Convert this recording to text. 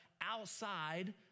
outside